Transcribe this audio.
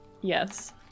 Yes